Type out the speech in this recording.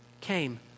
came